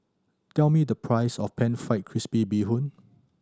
tell me the price of Pan Fried Crispy Bee Hoon